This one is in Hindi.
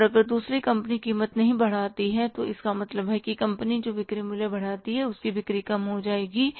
और अगर दूसरी कंपनी कीमत नहीं बढ़ाती है तो इसका मतलब है कि कंपनी जो बिक्री मूल्य बढ़ाती है उसकी बिक्री कम हो सकती है